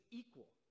equal